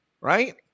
Right